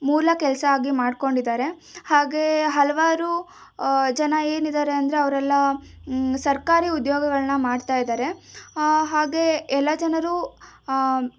ಮೂಲ ಕೆಲಸ ಆಗಿ ಮಾಡ್ಕೊಂಡಿದ್ದಾರೆ ಹಾಗೆ ಹಲವಾರು ಜನ ಏನಿದ್ದಾರೆ ಅಂದರೆ ಅವರೆಲ್ಲ ಸರ್ಕಾರಿ ಉದ್ಯೋಗಗಳನ್ನ ಮಾಡ್ತಾ ಇದ್ದಾರೆ ಹಾಗೆ ಎಲ್ಲ ಜನರು